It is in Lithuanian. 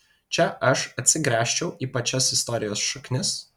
čia aš atsigręžčiau į pačias istorijos šaknis